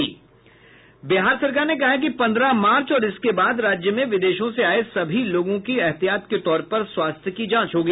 बिहार सरकार ने कहा है कि पन्द्रह मार्च और इसके बाद राज्य में विदेशों से आये सभी लोगों की एहतियात के तौर पर स्वास्थ्य की जांच होगी